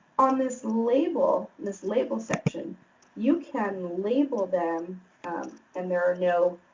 on this label this label section you can label them and there are no